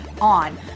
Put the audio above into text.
on